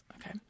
Okay